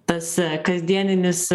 tas kasdieninis